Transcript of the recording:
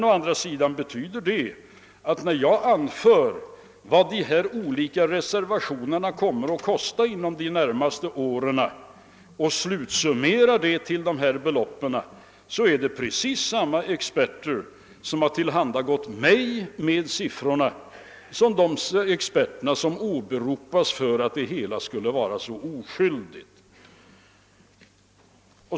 Å andra sidan betyder det att när jag anför vad de olika reservationsförslagen kommer att kosta inom de närmaste åren och slutsummerar det till vissa belopp, är de experter som har tillhandagått mig med siffrorna precis desamma som de experter som åberopas för att det hela skulle vara så oskydligt.